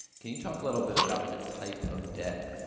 can you talk a little bit about the type of debt,